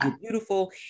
beautiful